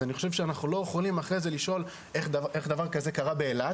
אז אני חושב שאנחנו לא יכולים אחרי זה לשאול איך דבר כזה קרה באילת?